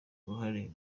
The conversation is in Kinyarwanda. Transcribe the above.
uruhare